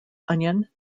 onion